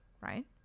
right